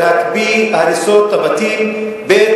להקפיא הריסת בתים, ב.